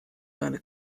seine